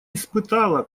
испытала